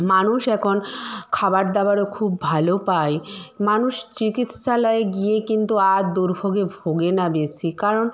মানুষ এখন খাবার দাবারও খুব ভালো পায় মানুষ চিকিৎসালয়ে গিয়ে কিন্তু আর দুর্ভোগে ভোগে না বেশি কারণ